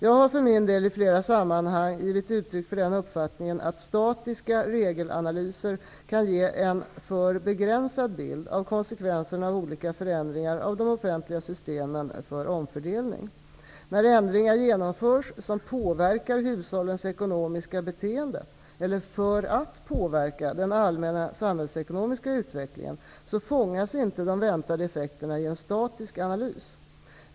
Jag har för min del i flera sammanhang givit uttryck för den uppfattningen att statiska regelanalyser kan ge en för begränsad bild av konsekvenserna av olika förändringar av de offentliga systemen för omfördelning. När ändringar genomförs som påverkar hushållens ekonomiska beteende eller för att påverka den allmänna samhällsekonomiska utvecklingen, fångas inte de väntade effekterna i en statisk analys.